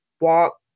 walk